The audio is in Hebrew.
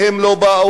והם לא באו,